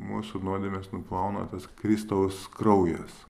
mūsų nuodėmes nuplauna tas kristaus kraujas